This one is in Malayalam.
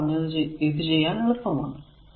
ഞാൻ പറഞ്ഞു ഇത് ചെയ്യാൻ എളുപ്പമാണ്